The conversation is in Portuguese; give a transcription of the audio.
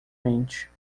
mente